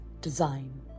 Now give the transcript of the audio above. design